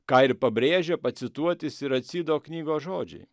ką ir pabrėžia pacituoti siracido knygos žodžiai